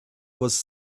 was